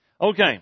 Okay